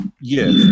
yes